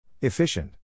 Efficient